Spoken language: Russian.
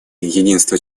единства